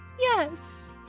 Yes